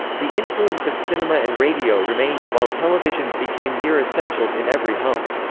the influence of cinema and radio remained, while televisions became near essentials in every home.